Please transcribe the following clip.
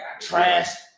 trash